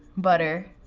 butter.